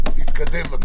להתקדם בבקשה.